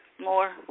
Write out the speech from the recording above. more